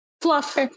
Fluff